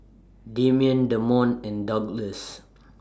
Demian Damon and Douglass